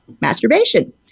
masturbation